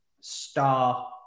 star